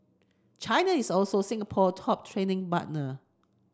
China is also Singapore top trading partner